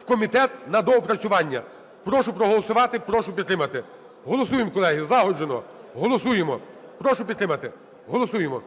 в комітет на доопрацювання. Прошу проголосувати, прошу підтримати. Голосуємо, колеги, злагоджено. Голосуємо. Прошу підтримати. Голосуємо.